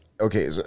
okay